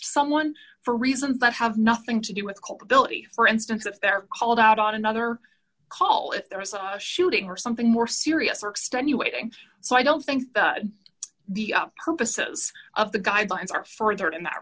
someone for reasons that have nothing to do with culpability for instance if they're called out on another call if there is a shooting or something more serious or extenuating so i don't think the purposes of the guidelines are further in that